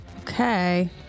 okay